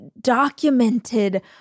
documented